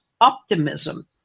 optimism